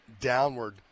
downward